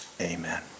Amen